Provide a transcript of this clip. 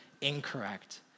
incorrect